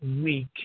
week